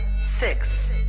six